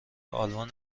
آلمان